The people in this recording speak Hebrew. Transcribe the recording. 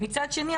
מצד שני,